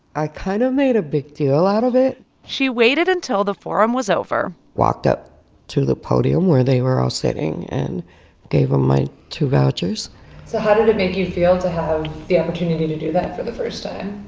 i kind of made a big deal out of it she waited until the forum was over walked up to the podium where they were all sitting and gave him my two vouchers so how did it make you feel to have the opportunity to do that for the first time?